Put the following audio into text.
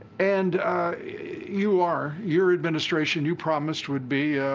and you are, your administration, you promised, would be